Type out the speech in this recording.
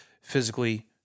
physically